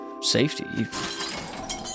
Safety